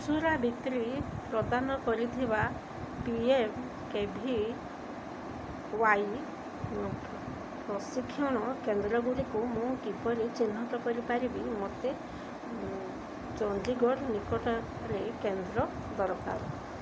ଖୁଚୁରା ବିକ୍ରୀ ପ୍ରଦାନ କରୁଥିବା P M K V Y ପ୍ରଶିକ୍ଷଣ କେନ୍ଦ୍ର ଗୁଡ଼ିକୁ ମୁଁ କିପରି ଚିହ୍ନଟ କରିପାରିବି ମୋତେ ଚଣ୍ଡିଗଡ଼ ନିକଟରେ କେନ୍ଦ୍ର ଦରକାର